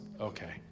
okay